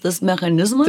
tas mechanizmas